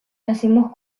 racimos